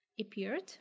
appeared